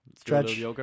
Stretch